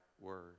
word